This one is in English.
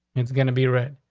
it's going to be read.